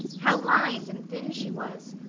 how lined and thin she was!